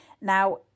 Now